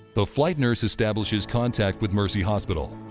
the flight nurse establishes contact with mercy hospital.